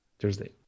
Thursday